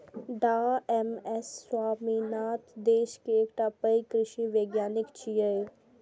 डॉ M S Swaminathan देश के एकटा पैघ कृषि वैज्ञानिक छियै